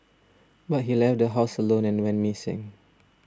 but he left the house alone and went missing